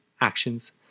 actions